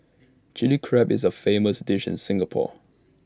Chilli Crab is A famous dish in Singapore